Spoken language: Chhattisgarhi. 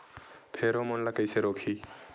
फेरोमोन ला कइसे रोकही?